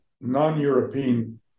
non-European